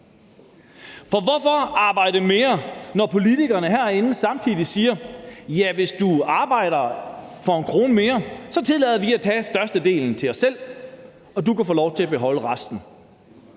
For hvorfor arbejde mere, når politikerne herinde samtidig siger: Hvis du arbejder for en krone mere, tillader vi os at tage størstedelen til os selv, og du kan få lov til at beholde resten?